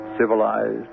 civilized